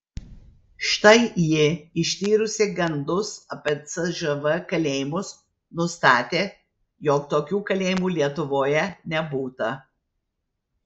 štai ji ištyrusi gandus apie cžv kalėjimus nustatė jog tokių kalėjimų lietuvoje nebūta